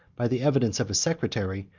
by the evidence of his secretary,